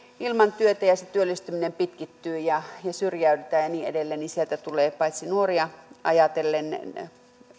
ilman työtä ja se työllistyminen pitkittyy ja syrjäydytään ja niin edelleen niin sieltä tulee paitsi nuoria ajatellen